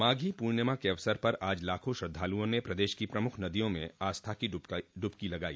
माघी पूर्णिमा के अवसर पर आज लाखों श्रद्धालुओं ने प्रदेश की प्रमुख नदियों में आस्था की डुबकी लगाई